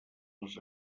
les